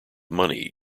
money